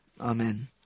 Amen